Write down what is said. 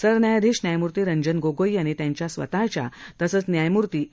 सरन्यायाधीश न्यायमूर्ती रंजन गोगोई यांनी त्यांच्या स्वतःच्या तसंच न्यायमूर्ती ए